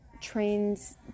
trains